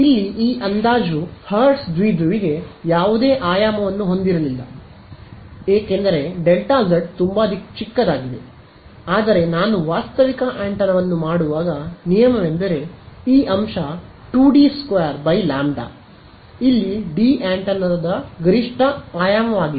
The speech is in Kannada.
ಇಲ್ಲಿ ಈ ಅಂದಾಜು ಹರ್ಟ್ಜ್ ದ್ವಿಧ್ರುವಿಗೆ ಯಾವುದೇ ಆಯಾಮವನ್ನು ಹೊಂದಿರಲಿಲ್ಲ ಏಕೆಂದರೆ Δz ತುಂಬಾ ಚಿಕ್ಕದಾಗಿದೆ ಆದರೆ ನಾನು ವಾಸ್ತವಿಕ ಆಂಟೆನಾವನ್ನು ಮಾಡುವಾಗ ನಿಯಮವೆಂದರೆ ಈ ಅಂಶ 2D೨ ಲ್ಯಾಮ್ಬ್ಡಾ ಇಲ್ಲಿ ಡಿ ಆಂಟೆನಾದ ಗರಿಷ್ಠ ಆಯಾಮವಾಗಿದೆ